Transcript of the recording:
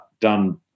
done